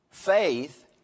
Faith